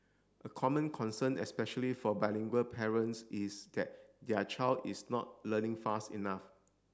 a common concern especially for bilingual parents is that their child is not learning fast enough